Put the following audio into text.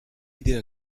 idée